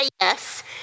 yes